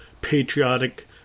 patriotic